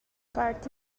party